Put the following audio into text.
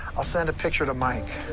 i'll send a picture to mike.